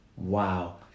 Wow